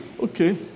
Okay